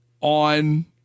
on